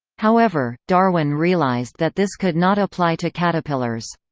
however, darwin realised that this could not apply to caterpillars.